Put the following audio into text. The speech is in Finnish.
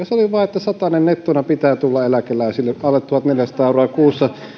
se oli vain että satanen nettona pitää tulla eläkeläisille alle tuhatneljäsataa euroa kuussa